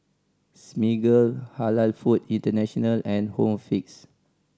Smiggle Halal Food International and Home Fix